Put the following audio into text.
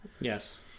Yes